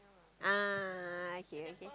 ah okay okay